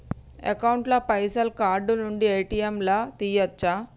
Account ల పైసల్ card నుండి ఏ.టి.ఎమ్ లా తియ్యచ్చా?